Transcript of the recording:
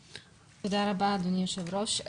תודה רבה אדוני היושב ראש.